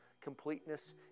completeness